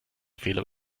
fehler